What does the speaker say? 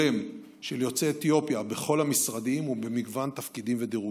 של יוצאי אתיופיה בכל המשרדים ובמגוון תפקידים ודירוגים.